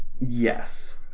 Yes